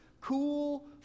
cool